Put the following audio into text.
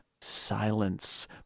silence